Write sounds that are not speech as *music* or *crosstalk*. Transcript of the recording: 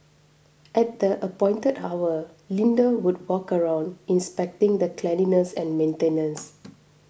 at the appointed hour Linda would walk around inspecting the cleanliness and maintenance *noise*